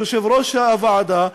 יושב-ראש הוועדה,